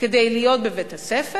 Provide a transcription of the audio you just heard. כדי להיות בבית-הספר,